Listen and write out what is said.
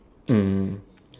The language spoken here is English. mm